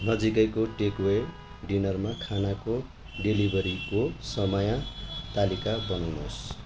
नजिकैको टेकवे डिनरमा खानाको डेलिभरीको समय तालिका बनाउनुहोस्